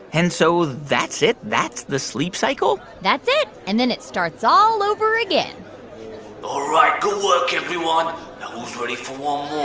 and so that's it? that's the sleep cycle? that's it. and then it starts all over again all right. good work, everyone. now who's ready for